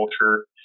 culture